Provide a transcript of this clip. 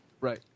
Right